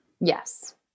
Yes